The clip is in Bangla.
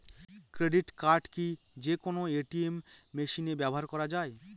ক্রেডিট কার্ড কি যে কোনো এ.টি.এম মেশিনে ব্যবহার করা য়ায়?